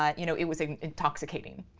ah you know, it was intoxicating.